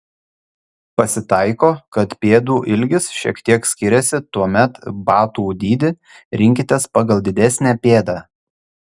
pasitaiko kad pėdų ilgis šiek tiek skiriasi tuomet batų dydį rinkitės pagal didesnę pėdą